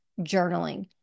journaling